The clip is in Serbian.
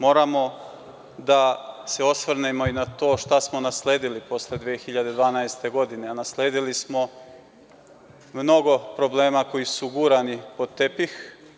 Moramo da se osvrnemo i na to šta smo nasledili posle 2012. godine, a nasledili smo mnogo problema koji su gurani pod tepih.